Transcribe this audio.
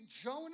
Jonah